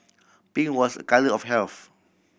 pink was a colour of health